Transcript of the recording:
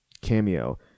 Cameo